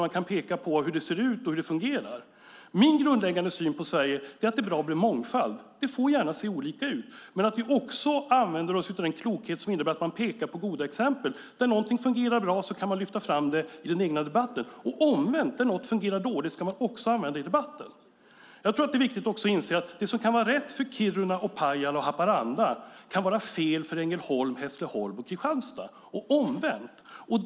Man kan peka på hur det ser ut och hur det fungerar. Min grundläggande syn på Sverige är att det är bra med mångfald. Det får gärna se olika ut. Vi ska också använda oss av den klokhet som innebär att man pekar på goda exempel. Det som fungerar bra kan man lyfta fram i den egna debatten. Och omvänt ska man också använda det som fungerar dåligt i debatten. Jag tror också att det är viktigt att inse att det som kan vara rätt för Kiruna, Pajala och Haparanda kan vara fel för Ängelholm, Hässleholm och Kristianstad och omvänt.